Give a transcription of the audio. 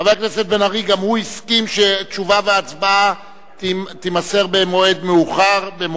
חבר הכנסת בן-ארי גם הוא הסכים שתשובה והצבעה יהיו במועד אחר.